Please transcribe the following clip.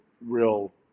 real